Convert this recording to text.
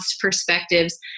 perspectives